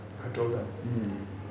I told them